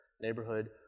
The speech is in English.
neighborhood